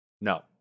no